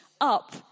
up